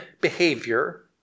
behavior